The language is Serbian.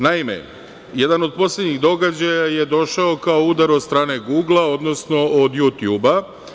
Naime, jedan od poslednjih događaja je došao kao udar od strane „Gugla“, odnosno od „Jutjuba“